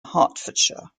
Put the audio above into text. hertfordshire